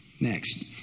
Next